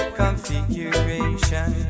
configuration